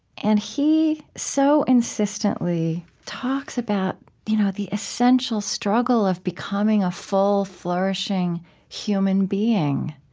and he so insistently talks about you know the essential struggle of becoming a full, flourishing human being.